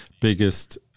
biggest